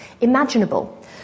imaginable